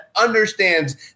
understands